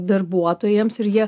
darbuotojams ir jie